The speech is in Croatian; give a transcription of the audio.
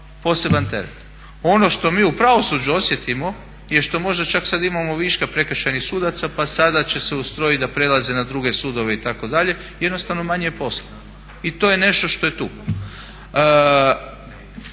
poseban teret. Ono što mi u pravosuđu osjetimo je što možda čak sada imamo viška prekršajnih sudaca pa sada će se ustrojiti da prelaze na druge sudove itd. jednostavno je manje posla i to je nešto što je tu.